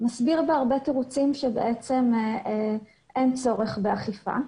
מסביר בהרבה תירוצים שבעצם אין צורך באכיפה.